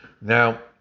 Now